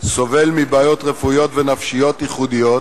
סובל מבעיות רפואיות ונפשיות ייחודיות